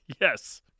Yes